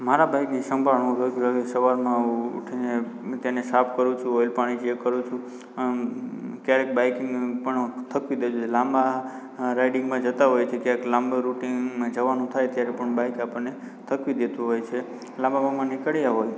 મારા બાઇકની સંભાળ હું રોજ વહેલી સવારમાં ઉઠીને તેને સાફ કરું છું ઓઈલ પાણી ચેક કરું છું ક્યારેક બાઈકિંગ પણ થકવી દે છે લાંબા રાઇડિંગમાં જતા હોય છે ક્યાંક લાંબા રૂટિંગમાં જવાનું થાય ત્યારે પણ બાઇક આપણને થકવી દેતું હોય છે લાંબા માર્ગે નીકળ્યા હોય